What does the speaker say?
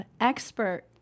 expert